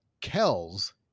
Kells